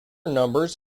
numbers